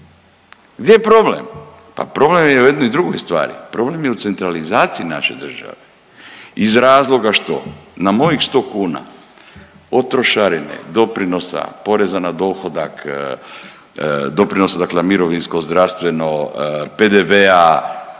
Gdje je problem? Pa problem je u jednoj drugoj stvari, problem je u centralizaciji naše države iz razloga što na mojih sto kuna od trošarine, doprinosa, poreza na dohodak, doprinosa dakle za mirovinsko, zdravstveno, PDV-a